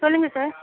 சொல்லுங்கள் சார்